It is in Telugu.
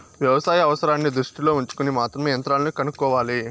వ్యవసాయ అవసరాన్ని దృష్టిలో ఉంచుకొని మాత్రమే యంత్రాలను కొనుక్కోవాలి